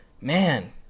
man